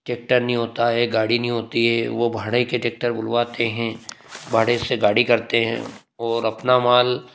tractor नहीं होता है गाड़ी नहीं होती है वो भाड़े के टेक्टर बुलवाते हैं भाड़े से गाड़ी करते हैं और अपना माल